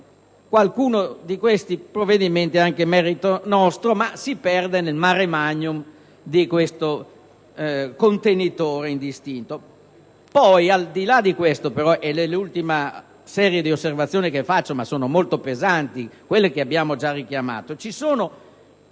qualcuno di questi provvedimenti è anche merito nostro, ma si perde nel *mare magnum* di questo contenitore indistinto.